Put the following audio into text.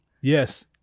yes